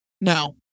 No